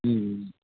হুম